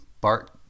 Bart